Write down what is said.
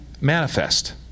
Manifest